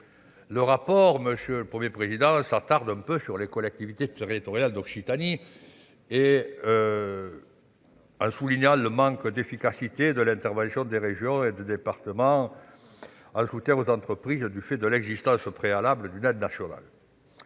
économie. Monsieur le Premier président, le rapport de la Cour s'intéresse aux collectivités territoriales d'Occitanie. Il souligne le manque d'efficacité de l'intervention des régions et des départements pour soutenir les entreprises du fait de l'existence préalable d'une aide nationale.